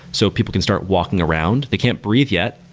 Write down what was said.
so people can start walking around. they can't breathe yet.